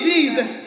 Jesus